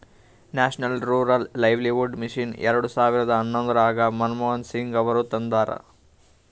national rural livelihood mission ಎರೆಡ ಸಾವಿರದ ಹನ್ನೊಂದರಾಗ ಮನಮೋಹನ್ ಸಿಂಗ್ ಅವರು ತಂದಾರ